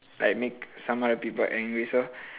like make some other people angry so